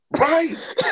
Right